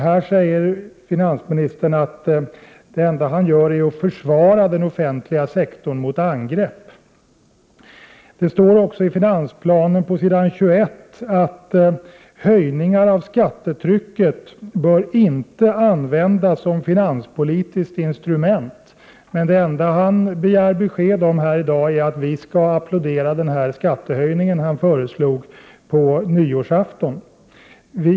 Här säger finansministern att det enda han gör är att försvara den offentliga sektorn mot angrepp. Pås. 21i finansplanen står att höjningar av skattetrycket inte bör användas som finanspolitiskt instrument, men det enda han begär besked om här i dag är att vi skall applådera den skattehöjning han föreslog på nyårsafton.